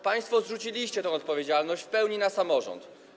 Państwo zrzuciliście tę odpowiedzialność w pełni na samorząd.